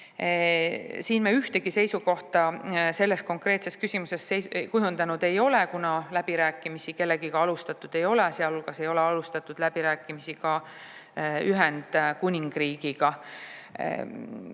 Siin me ühtegi seisukohta selles konkreetses küsimuses kujundanud ei ole, kuna läbirääkimisi kellegagi alustatud ei ole, sealhulgas ei ole alustatud läbirääkimisi ka Ühendkuningriigiga.